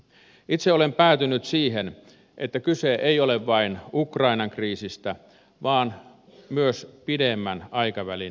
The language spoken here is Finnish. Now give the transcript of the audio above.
itse olen päätynyt siihen että kyse ei ole vain ukrainan kriisistä vaan myös pidemmän aikavälin epäonnistumisista